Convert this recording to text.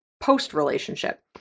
post-relationship